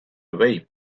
away